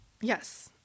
Yes